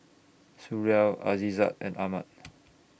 Suria Aizat and Ahmad